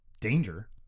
danger